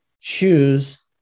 choose